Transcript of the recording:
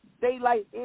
Daylight